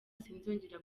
sinzongera